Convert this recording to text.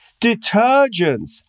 detergents